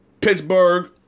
Pittsburgh